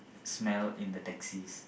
smell in the taxis